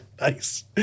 Nice